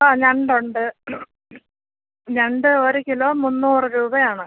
ആ ഞണ്ട് ഉണ്ട് ഞണ്ട് ഒരു കിലോ മുന്നൂറ് രൂപ ആണ്